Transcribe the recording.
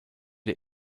der